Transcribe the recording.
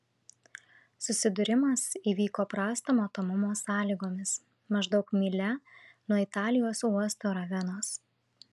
susidūrimas įvyko prasto matomumo sąlygomis maždaug mylia nuo italijos uosto ravenos